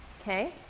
okay